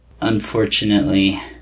Unfortunately